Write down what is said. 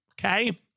Okay